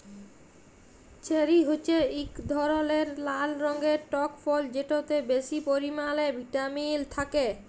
cherry হছে ইক ধরলের লাল রঙের টক ফল যেটতে বেশি পরিমালে ভিটামিল থ্যাকে